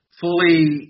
fully –